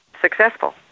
successful